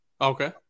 okay